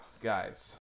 guys